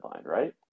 right